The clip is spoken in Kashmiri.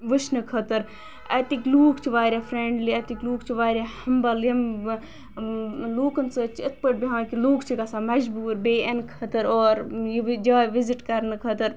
وچھنہ خٲطرٕ اَتِک لُکھ چھِ واریاہ فرینڑلی اَتِک لُکھ چھِ واریاہ حَمبٕل یِم لوکن سۭتۍ چھِ اِتھ پٲٹھۍ بیٚہوان کہ لُکھ چھِ گژھان مجبور بیٚیہِ یِنہٕ خٲطرٕ اور یہ جاے وِزٹ کَرنہ خٲطرٕ